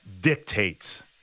dictates